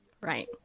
Right